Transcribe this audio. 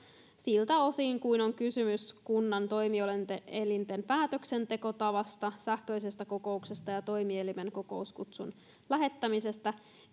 siltä osin kuin on kysymys kunnan toimielinten päätöksentekotavasta sähköisestä kokouksesta ja toimielimen kokouskutsun lähettämisestä